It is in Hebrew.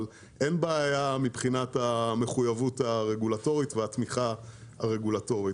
אבל אין בעיה מבחינת התמיכה הרגולטורית והתמיכה הרגולטורית.